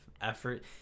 effort